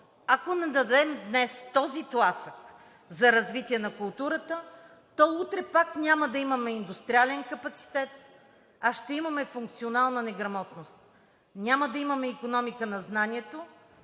Ако не дадем днес този тласък за развитие на културата, то утре пак няма да имаме индустриален капацитет, а ще имаме функционална неграмотност. Няма да имаме икономика на знанието,